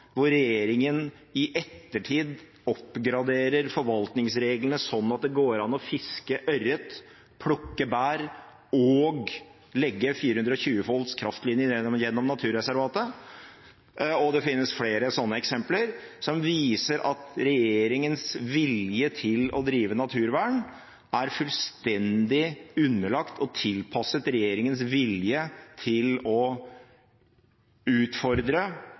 hvor regjeringen i ettertid oppgraderer forvaltningsreglene sånn at det går an å fiske ørret, plukke bær og legge 420 kV kraftlinje gjennom naturreservatet – og det finnes flere sånne eksempler – som viser at regjeringens vilje til å drive naturvern er fullstendig underlagt og tilpasset regjeringens vilje til å utfordre